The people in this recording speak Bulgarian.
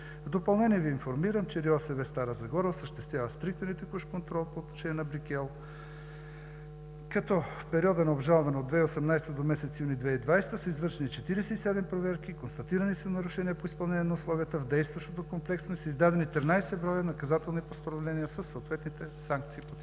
В допълнение Ви информирам, че РИОСВ – Стара Загора, осъществява стриктен и текущ контрол по отношение на „Брикел“, като в периода на обжалване от 2018-а до месец юни 2020 г. са извършени 47 проверки, констатирани са нарушения по изпълнение на условията в действащото комплексно разрешително и са издадени 13 броя наказателни постановления със съответните санкции по тях.